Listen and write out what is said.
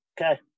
Okay